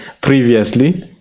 previously